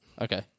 Okay